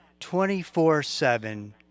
24-7